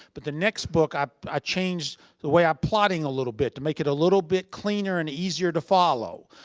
but the next book i i changed the way of plotting a little bit to make it a little bit cleaner and easier to follow.